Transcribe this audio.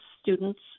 students